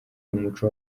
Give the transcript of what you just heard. umuco